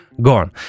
Gone